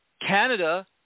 Canada